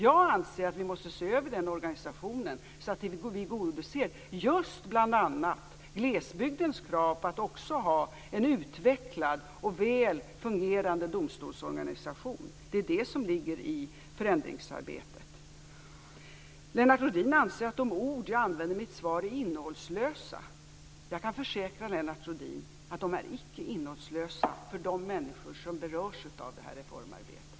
Jag anser att vi måste se över organisationen så att vi tillgodoser bl.a. glesbygdens krav på en utvecklad och väl fungerande domstolsorganisation. Det är detta som ligger i förändringsarbetet. Lennart Rohdin anser att de ord som jag använder i mitt svar är innehållslösa. Jag kan försäkra Lennart Rohdin att de icke är innehållslösa för de människor som berörs av det här reformarbetet.